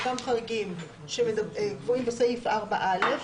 אותם חריגים שקבועים בסעיף 4(א),